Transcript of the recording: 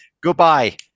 Goodbye